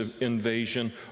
invasion